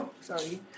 Sorry